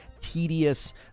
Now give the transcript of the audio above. tedious